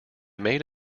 made